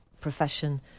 profession